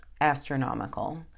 astronomical